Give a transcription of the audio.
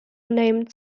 named